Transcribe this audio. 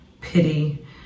pity